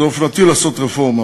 זה אופנתי לעשות רפורמה,